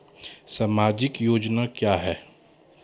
समाजिक योजना क्या हैं?